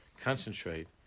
concentrate